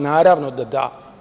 Naravno da da.